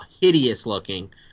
hideous-looking